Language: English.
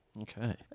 Okay